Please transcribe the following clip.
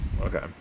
Okay